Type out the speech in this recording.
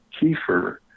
kefir